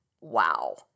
wow